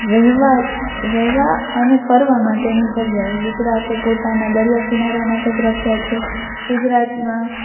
રહેવા રહેવા અને ફરવા માટેની જગ્યાઓ ગુજરાત એ પોતાના દરિયાકિનારા માટે પ્રખ્યાત છે ગુજરાતમાં